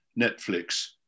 Netflix